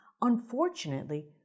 Unfortunately